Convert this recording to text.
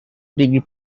degree